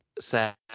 sad